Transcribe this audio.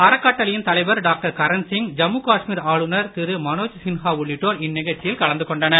அறக்கட்டளையின் தலைவர் டாக்டர் கரன்சிங் ஜம்மு காஷ்மீர் ஆளுநர் திரு மனோஜ் சின்ஹா உள்ளிட்டோர் இந்நிகழ்ச்சியில் கலந்துகொண்டனர்